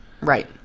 Right